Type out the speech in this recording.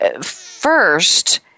First